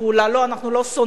לא, אנחנו לא שונאים חרדים.